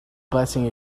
blessing